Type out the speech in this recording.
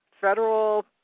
Federal